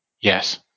Yes